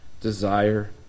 desire